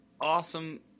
Awesome